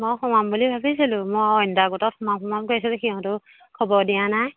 মই সোমাম বুলি ভাবিছিলোঁ মই অইন এটা গোটত সোমাম সোমাম কৰিছিলোঁ সিহঁতেও খবৰ দিয়া নাই